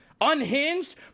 Unhinged